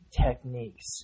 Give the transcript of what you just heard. techniques